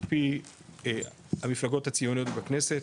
על פי המפלגות הציוניות בכנסת,